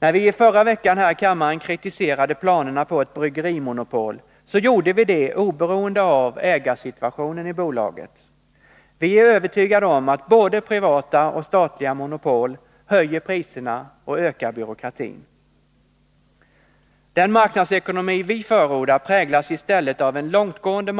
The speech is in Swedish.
När vi i förra veckan här i kammaren kritiserade planerna på ett bryggerimonopol gjorde vi det oberoende av ägarsituationen i bolaget. Vi är övertygade om att både privata och statliga monopol höjer priserna och ökar byråkratin. Den marknadsekonomi vi förordar präglas i stället av en långtgående